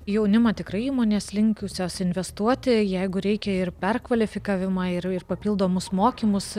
į jaunimą tikrai įmonės linkusios investuoti jeigu reikia ir perkvalifikavimą ir ir papildomus mokymus